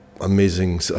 amazing